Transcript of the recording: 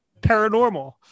paranormal